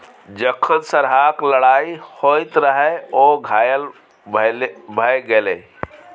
जखन सरहाक लड़ाइ होइत रहय ओ घायल भए गेलै